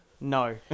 No